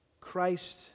Christ